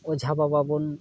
ᱚᱡᱷᱟ ᱵᱟᱵᱟ ᱵᱚᱱ